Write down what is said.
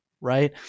right